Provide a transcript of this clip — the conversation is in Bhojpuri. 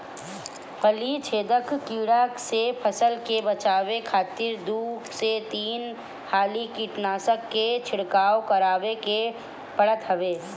फली छेदक कीड़ा से फसल के बचावे खातिर दू से तीन हाली कीटनाशक के छिड़काव करवावे के पड़त हवे